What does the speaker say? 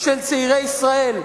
של צעירי ישראל.